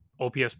OPS